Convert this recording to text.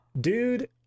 Dude